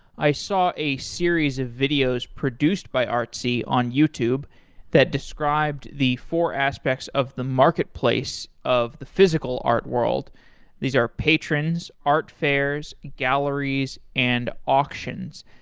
i saw a series of videos produced by artsy on youtube that described the four aspects of the marketplace of the physical art world these are patrons, art fairs, galleries, and auctions.